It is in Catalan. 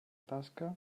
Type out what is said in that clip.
tasca